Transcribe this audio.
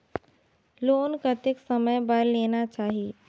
Loan कतेक समय बर लेना चाही?